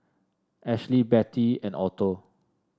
Ashlie Betty and Otho